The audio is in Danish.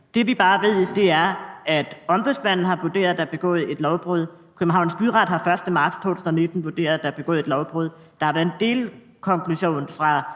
Det, vi bare ved, er, at Ombudsmanden har vurderet, at der er begået et lovbrud, Københavns Byret har den 1. marts 2019 vurderet, at der er begået et lovbrud, der har været en delkonklusion fra